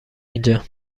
اینجا